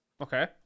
okay